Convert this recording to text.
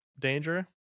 danger